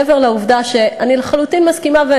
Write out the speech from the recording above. מעבר לעובדה שאני לחלוטין מסכימה,